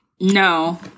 No